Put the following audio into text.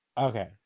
Okay